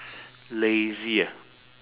lazy ah